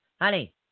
Honey